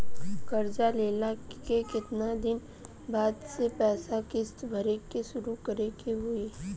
कर्जा लेला के केतना दिन बाद से पैसा किश्त भरे के शुरू करे के होई?